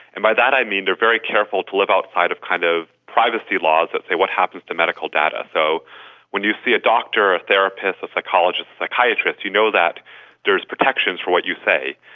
and by that i mean they are very careful to live outside of kind of privacy laws that say what happens to medical data. so when you see a doctor, a therapist, a psychologist, a psychiatrist, you know that there's protections for what you say,